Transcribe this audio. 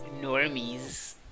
normies